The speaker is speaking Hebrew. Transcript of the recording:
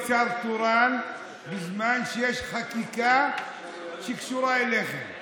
אני שואל למה נופל בחלקי להיות שר תורן בזמן שיש חקיקה שקשורה אליכם.